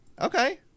Okay